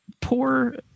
poor